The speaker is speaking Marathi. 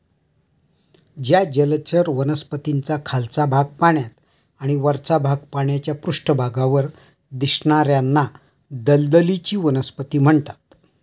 ज्या जलचर वनस्पतींचा खालचा भाग पाण्यात आणि वरचा भाग पाण्याच्या पृष्ठभागावर दिसणार्याना दलदलीची वनस्पती म्हणतात